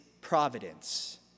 providence